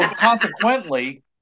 consequently